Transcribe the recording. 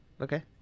Okay